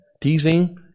Teasing